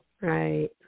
right